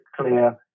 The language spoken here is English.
clear